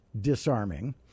disarming